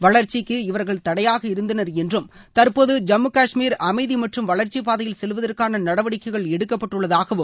வளர்ச்சிக்கு இவர்கள் தடையாக இருந்தனர் என்றும் தற்போது ஜம்மு கஷ்மீர் அமைதி மற்றும் வளர்ச்சிப்பாதையில் செல்வதற்கான நடவடிக்கைகள் எடுக்கப்பட்டுள்ளதாக திரு ராம் மாதவ் கூறினார்